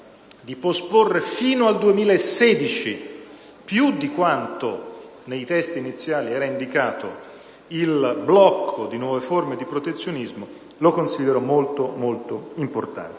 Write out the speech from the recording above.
di posporre fino al 2016, quindi più di quanto nei testi iniziali era indicato, il blocco di nuove forme di protezionismo lo considero molto, molto importante.